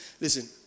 listen